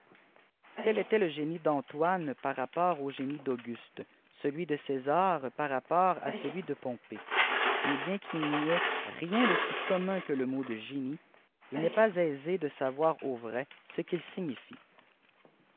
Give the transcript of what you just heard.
tel était le génie d'antoiïie îar rapport àii génie a auguste celui de césar par rapport à celui de pompée sfais bien qu'il n'y ait rien de si commun que le mo de gésiiey il n'est pas aisé de savoir au vrai ce qu'il signifié